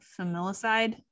familicide